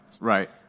Right